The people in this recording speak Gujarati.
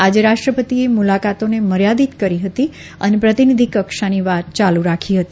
આજે રાષ્ટ્રપતિએ મુલાકાતોને મર્યાદીત કરી હતી અને પ્રતીનિધી કક્ષાની વાત યાલુ રાખી હતી